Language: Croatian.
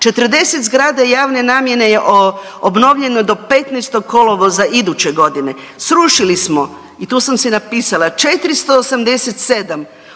40 zgrada javne namjene je obnovljeno do 15. kolovoza iduće godine, srušili smo, tu sam si napisala, 487